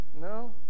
no